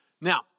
Now